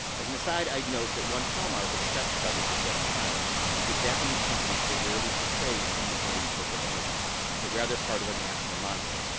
as an aside, i'd note that one hallmark of press coverage at that time was that japanese companies were rarely portrayed as independent corporate entities but, rather, part of a national monolith.